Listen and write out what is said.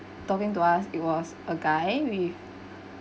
talking to us it was a guy with